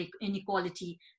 inequality